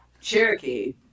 Cherokee